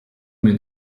men